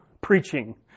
preaching